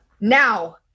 Now